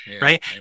Right